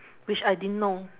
which I didn't know